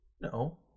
No